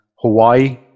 hawaii